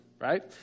Right